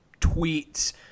tweets